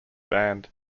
band